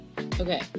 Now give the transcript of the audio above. Okay